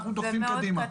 אנחנו דוחפים קדימה.